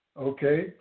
okay